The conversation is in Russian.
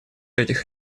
этих